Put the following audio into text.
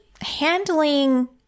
handling